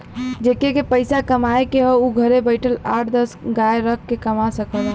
जेके के पइसा कमाए के हौ उ घरे बइठल आठ दस गाय रख के कमा सकला